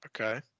Okay